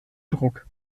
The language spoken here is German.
druck